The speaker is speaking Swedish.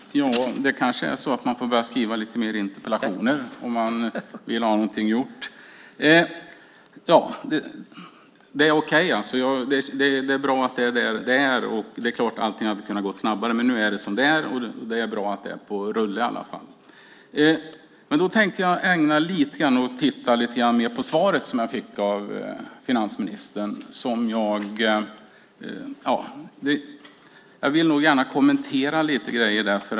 Fru talman! Det kanske är så att man får börja skriva lite fler interpellationer om man vill ha något gjort. Det är okej att det är som det är. Det är klart att allt hade kunnat gå snabbare, men nu är det som det är, och det är bra att det är på rulle i alla fall. Jag tänkte ägna lite tid åt att titta mer på svaret som jag fick av finansministern. Jag vill gärna kommentera lite grejer där.